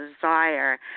desire